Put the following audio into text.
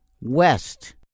west